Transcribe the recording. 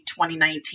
2019